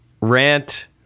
rant